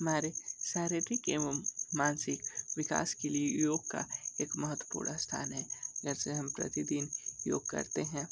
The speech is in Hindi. हमारे शारीरिक एवं मानसिक विकास के लिए योग का एक महत्वपूर्ण स्थान है जैसे हम प्रतिदिन योग करते हैं